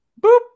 Boop